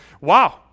Wow